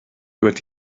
wedi